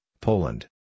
Poland